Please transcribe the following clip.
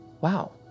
wow